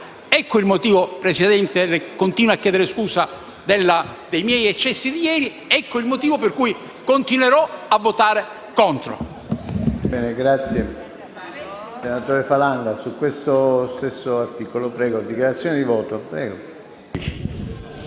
Ecco il motivo, Presidente - e continuo a chiedere scusa dei miei eccessi di ieri - per cui continuerò a votare contro